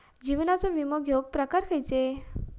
जीवनाचो विमो घेऊक प्रकार खैचे?